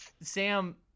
Sam